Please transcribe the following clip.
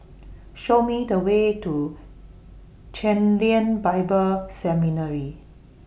Show Me The Way to Chen Lien Bible Seminary